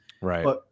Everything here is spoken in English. Right